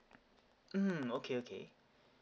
mm okay okay